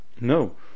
no